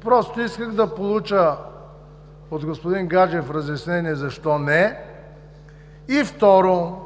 Просто искам да получа от господин Гаджев разяснение защо е? Второ,